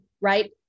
right